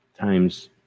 times